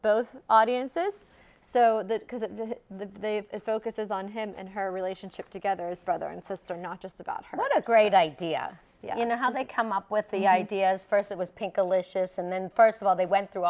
both audiences so the focus is on him and her relationship together as brother and sister not just about what a great idea you know how they come up with the ideas first it was pink alicia's and then first of all they went through